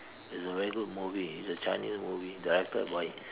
it's a very good movie it's a Chinese movie directed by